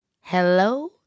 hello